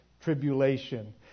tribulation